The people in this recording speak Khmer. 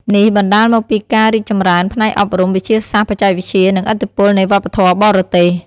នេះបណ្តាលមកពីការរីកចម្រើនផ្នែកអប់រំ វិទ្យាសាស្ត្រ បច្ចេកវិទ្យា និងឥទ្ធិពលនៃវប្បធម៌បរទេស។